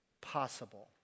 possible